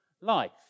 life